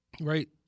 right